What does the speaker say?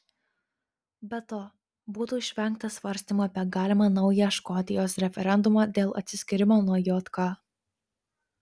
be to būtų išvengta svarstymų apie galimą naują škotijos referendumą dėl atsiskyrimo nuo jk